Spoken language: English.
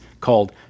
called